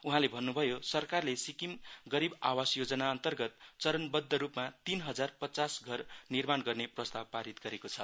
उहाँले भन्नभयो सरकारले सिक्किम गरीब आवास योजना अन्तर्गत चरणबद्ध रुपमा तीन हजार पच्चास घर निर्माण गर्ने प्रस्ताव पारित गरेको छ